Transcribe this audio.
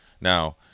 Now